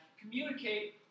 Communicate